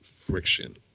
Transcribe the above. friction